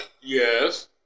Yes